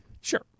Sure